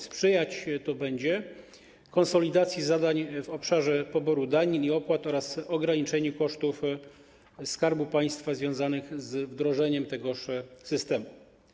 Sprzyjać to będzie konsolidacji zadań w obszarze poboru danin i opłat oraz ograniczeniu kosztów Skarbu Państwa związanych z wdrożeniem tegoż systemu.